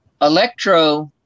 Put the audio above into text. Electro